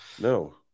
No